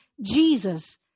Jesus